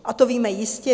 A to víme jistě.